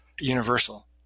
universal